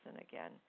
again